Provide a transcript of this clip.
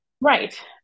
right